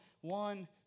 one